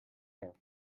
air